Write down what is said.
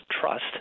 trust